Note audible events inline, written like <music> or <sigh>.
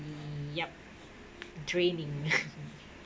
yup dreaming <laughs>